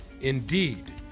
indeed